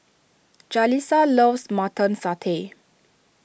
Jalissa loves Mutton Satay